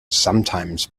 sometimes